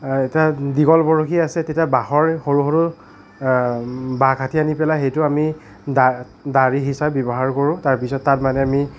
এটা দীঘল বৰশী আছে এটা বাঁহৰ সৰু সৰু বাঁহ কাটি আনি পেলাই সেইটো আমি দা দাৰি হিচাপে ব্যৱহাৰ কৰোঁ তাৰপিছত তাত মানে আমি